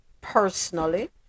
personally